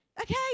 Okay